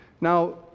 now